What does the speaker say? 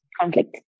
conflict